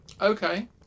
Okay